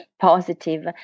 positive